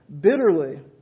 bitterly